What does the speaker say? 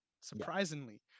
surprisingly